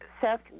Seth